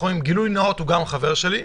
גילוי נאות: הוא גם חבר שלי.